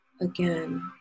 Again